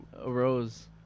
arose